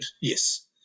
yes